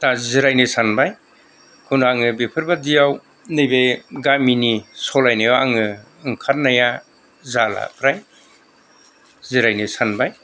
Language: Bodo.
दा जिरायनो सानबाय उनाव आङो बेफोरबायदिआव नैबे गामिनि सालायनायाव आङो ओंखारनाया जाला फ्राय जिरायनो सानबाय